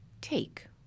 take